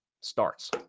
starts